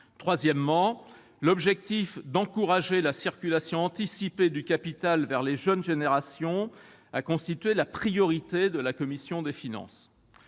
Troisièmement, l'objectif d'encourager la circulation anticipée du capital vers les jeunes générations a constitué la priorité de la commission des finances.